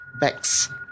bags